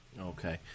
okay